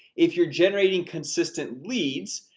if you're generating consistent leads,